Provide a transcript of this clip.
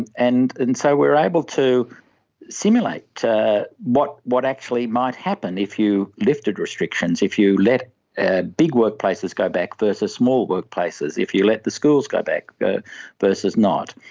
and and and so we are able to simulate what what actually might happen if you lifted restrictions, if you let ah big workplaces go back versus small workplaces, if you let the schools go back versus not.